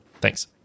thanks